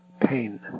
pain